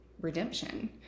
redemption